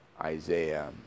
Isaiah